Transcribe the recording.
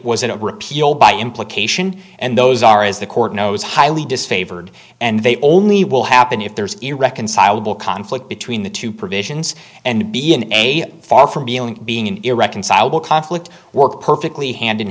repeal by implication and those are is the court knows highly disfavored and they only will happen if there's irreconcilable conflict between the two provisions and be in a far from being an irreconcilable conflict worked perfectly hand in